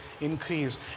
increase